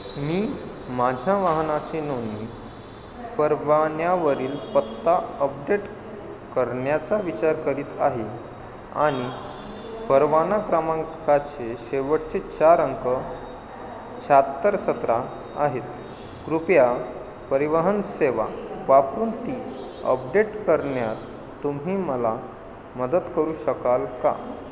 मी माझ्या वाहनाची नोंदणी परवान्यावरील पत्ता अपडेट करण्याचा विचार करीत आहे आणि परवाना क्रमांकाचे शेवटचे चार अंक शहात्तर सतरा आहेत कृपया परिवहन सेवा वापरून ती अपडेट करण्यात तुम्ही मला मदत करू शकाल का